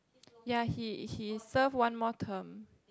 ya he he serve one more term